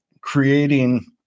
creating